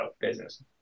business